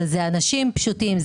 אבל זה אנשים פשוטים,